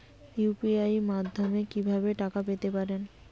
UPI মাধ্যমে কি ভাবে টাকা পেতে পারেন?